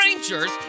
strangers